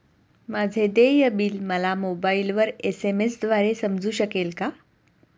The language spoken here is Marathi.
माझे देय बिल मला मोबाइलवर एस.एम.एस द्वारे समजू शकेल का?